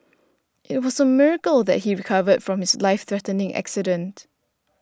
it was a miracle that he recovered from his life threatening accident